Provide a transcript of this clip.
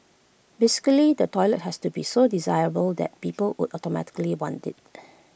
basically the toilet has to be so desirable that people would automatically want IT